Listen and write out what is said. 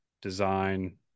design